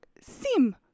sim